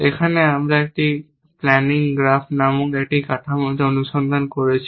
এখানে আমরা একটি প্ল্যানিং গ্রাফ নামক একটি কাঠামোতে অনুসন্ধান করেছি